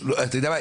אתה יודע מה,